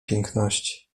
piękności